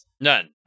None